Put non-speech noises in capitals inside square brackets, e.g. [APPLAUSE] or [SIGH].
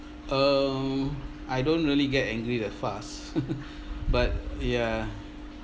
um I don't really get angry that fast [LAUGHS] but ya